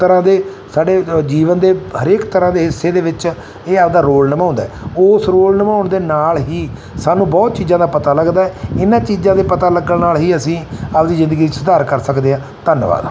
ਤਰ੍ਹਾਂ ਦੇ ਸਾਡੇ ਜੀਵਨ ਦੇ ਹਰੇਕ ਤਰ੍ਹਾਂ ਦੇ ਹਿੱਸੇ ਦੇ ਵਿੱਚ ਇਹ ਆਪਦਾ ਰੋਲ ਨਿਭਾਉਂਦਾ ਉਸ ਰੋਲ ਨਿਭਾਉਣ ਦੇ ਨਾਲ ਹੀ ਸਾਨੂੰ ਬਹੁਤ ਚੀਜ਼ਾਂ ਦਾ ਪਤਾ ਲੱਗਦਾ ਇਹਨਾਂ ਚੀਜ਼ਾਂ ਦੇ ਪਤਾ ਲੱਗਣ ਨਾਲ ਹੀ ਅਸੀਂ ਆਪਦੀ ਜ਼ਿੰਦਗੀ 'ਚ ਸੁਧਾਰ ਕਰ ਸਕਦੇ ਹਾਂ ਧੰਨਵਾਦ